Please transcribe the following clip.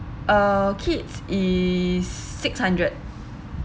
uh kids is six hundred